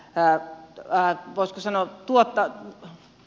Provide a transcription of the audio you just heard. päät tai vasta sanottua